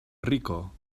rico